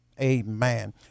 Amen